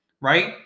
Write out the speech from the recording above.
right